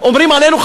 אומרים עלינו,